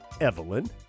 Evelyn